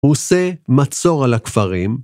הוא עושה מצור על הכפרים.